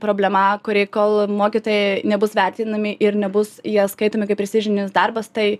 problema kuri kol mokytojai nebus vertinami ir nebus jie skaitomi kaip prestižinis darbas tai